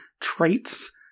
traits